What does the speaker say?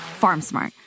FarmSmart